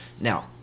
Now